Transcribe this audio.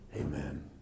Amen